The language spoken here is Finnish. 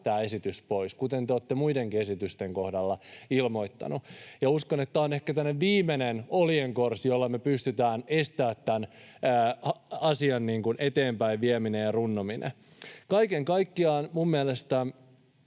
tämä esitys pois, kuten te olette muidenkin esitysten kohdalla ilmoittaneet? Uskon, että tämä on ehkä tämmöinen viimeinen oljenkorsi, jolla me pystytään estämään tämän asian eteenpäin vieminen ja runnominen. Kaiken kaikkiaan minun mielestäni